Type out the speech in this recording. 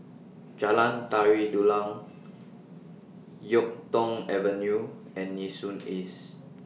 Jalan Tari Dulang Yuk Tong Avenue and Nee Soon East